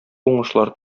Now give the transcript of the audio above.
уңышлар